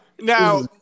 now